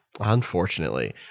unfortunately